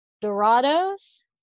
Dorado's